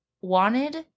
wanted